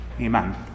Amen